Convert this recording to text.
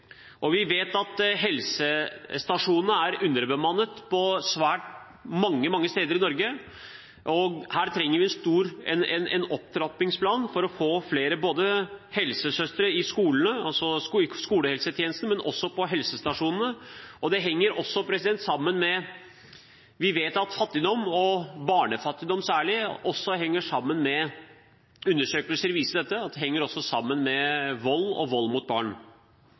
fordeler. Vi vet at også helsestasjonene er underbemannet svært mange steder i Norge. Her trenger vi en opptrappingsplan for å få flere helsesøstre i skolehelsetjenesten, men også på helsestasjonene. Det henger også sammen med at vi vet at fattigdom, og særlig barnefattigdom – og undersøkelser viser dette – henger sammen med vold og vold mot barn.